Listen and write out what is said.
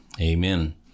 amen